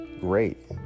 great